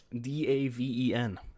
D-A-V-E-N